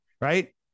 Right